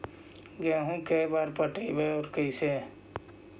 गेहूं के बार पटैबए और कैसे?